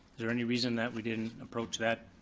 there any reason that we didn't approach that,